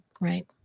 right